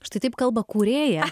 štai taip kalba kūrėja